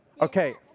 Okay